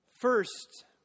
First